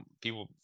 people